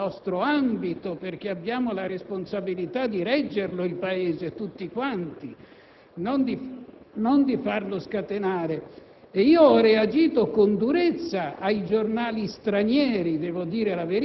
essere deportazioni immediate e contestuali di migliaia e migliaia di cittadini comunitari non italiani. Questo è un fatto comunque impensabile in uno Stato di diritto;